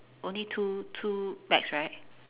only two two bags right